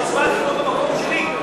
אני הצבעתי לא במקום שלי,